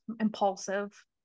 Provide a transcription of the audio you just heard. impulsive